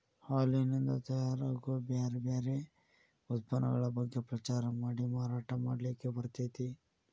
ಹಾಲಿನಿಂದ ತಯಾರ್ ಆಗೋ ಬ್ಯಾರ್ ಬ್ಯಾರೆ ಉತ್ಪನ್ನಗಳ ಬಗ್ಗೆ ಪ್ರಚಾರ ಮಾಡಿ ಮಾರಾಟ ಮಾಡ್ಲಿಕ್ಕೆ ಬರ್ತೇತಿ